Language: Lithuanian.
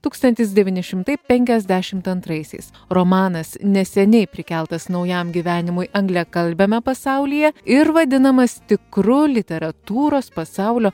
tūkstantis devyni šimtai penkiasdešimt antraisiais romanas neseniai prikeltas naujam gyvenimui anglakalbiame pasaulyje ir vadinamas tikru literatūros pasaulio